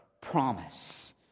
promise